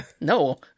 No